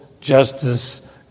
justice